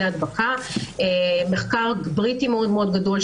הדבקה מחקר בריטי מאוד מאוד גדול,